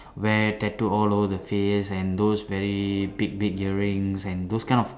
wear tattoo all over the face and those very big big earrings and those kind of